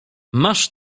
masz